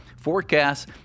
forecasts